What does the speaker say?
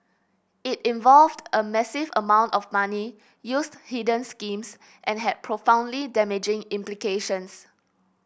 it involved a massive amount of money used hidden schemes and had profoundly damaging implications